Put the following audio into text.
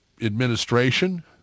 administration